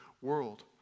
world